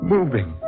Moving